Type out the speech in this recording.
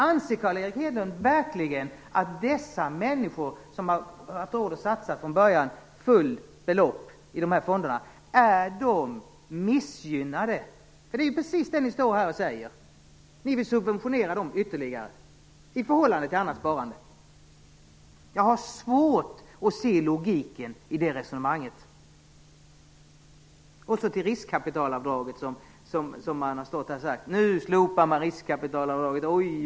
Anser Carl Erik Hedlund verkligen att dessa människor som har haft råd att satsa fullt belopp i fonderna från början är missgynnade? Det är ju precis det ni står här och säger. Ni vill ju subventionera det sparandet ytterligare i förhållande till annat sparande. Jag har svårt att se logiken i det resonemanget. Så till riskkapitalavdraget. Man har sagt: Nu slopas riskkapitalavdraget.